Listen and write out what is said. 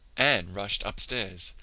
anne rushed upstairs,